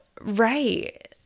right